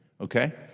okay